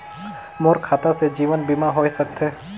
मोर खाता से जीवन बीमा होए सकथे?